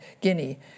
Guinea